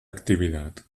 actividad